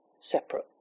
separate